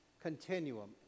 continuum